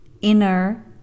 inner